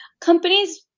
companies